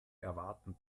erwarten